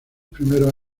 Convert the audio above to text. primeros